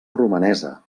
romanesa